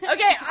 Okay